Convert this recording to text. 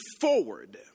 forward